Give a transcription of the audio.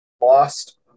lost